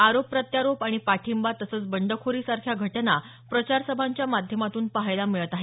आरोप प्रत्यारोप आणि पाठिंबा तसंच बंडखोरीसारख्या घटना प्रचार सभांच्या माध्यमातून पहायला मिळत आहेत